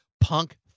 punk